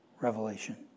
revelation